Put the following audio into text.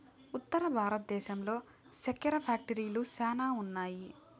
ఉత్తర భారతంలో సెక్కెర ఫ్యాక్టరీలు శ్యానా ఉన్నాయి